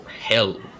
hell